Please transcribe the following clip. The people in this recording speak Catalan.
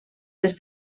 des